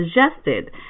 suggested